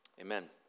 amen